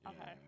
Okay